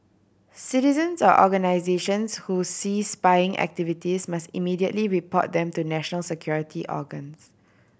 citizens or organisations who see spying activities must immediately report them to national security organs